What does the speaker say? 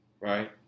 right